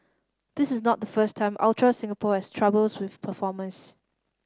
this is not the first time Ultra Singapore has troubles with performers